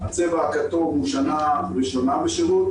הצבע הכתום הוא שנה ראשונה בשירות